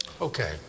Okay